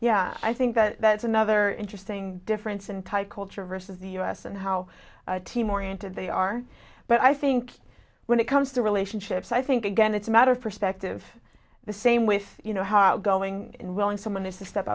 yeah i think that that's another interesting difference in thai culture versus the us and how team oriented they are but i think when it comes to relationships i think again it's a matter of perspective the same with you know how going in willing someone is to step